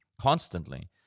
constantly